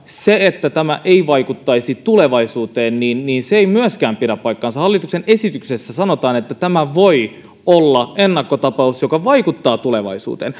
se että tämä ei vaikuttaisi tulevaisuuteen ei myöskään pidä paikkaansa hallituksen esityksessä sanotaan että tämä voi olla ennakkotapaus joka vaikuttaa tulevaisuuteen